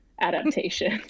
adaptation